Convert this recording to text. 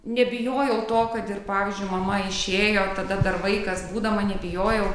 nebijojau to kad pavyzdžiui mama išėjo tada dar vaikas būdama nebijojau